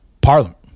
parliament